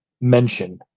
mention